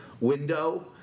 window